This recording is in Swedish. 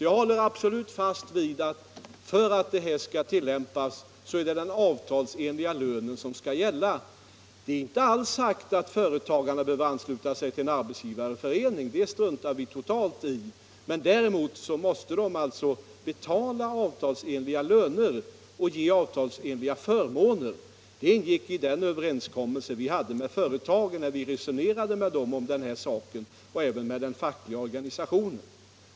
Jag håller absolut fast vid att för att det här systemet skall tillämpas är det den avtalsenliga lönen som skall gälla. Det är inte alls sagt att företagarna behöver ansluta sig till en arbetsgivareförening — det struntar vi totalt i — men de måste betala avtalsenliga löner och ge avtalsenliga förmåner. Det ingick i den överenskommelse som vi träffade med företagen, när vi resonerade med dem om saken och även med den fackliga organisationen.